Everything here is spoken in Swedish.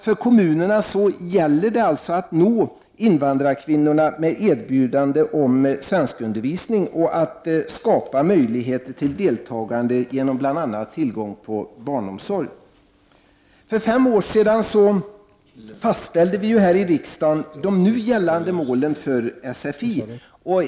För kommunerna gäller det att nå invandrarkvinnorna med erbjudande om svenskundervisning och att skapa möjligheter till deltagande med hjälp av bl.a. tillgång på barnomsorg. För fem år sedan fastställde vi här i riksdagen de nu gällande målen för sfi.